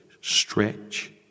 Stretch